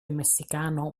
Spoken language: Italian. messicano